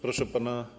Proszę pana.